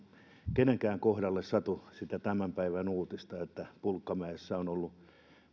kenenkään kohdalle satu samaa kuin tämän päivän uutisessa jossa pulkkamäessä on ollut